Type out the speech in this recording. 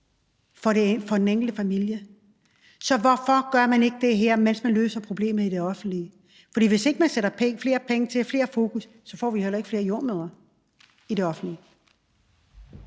for den enkelte familie. Så hvorfor gør man ikke det her, mens man løser problemet i det offentlige? For hvis ikke man sætter flere penge af til mere fokus, får vi heller ikke flere jordemødre i det offentlige.